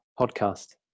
podcast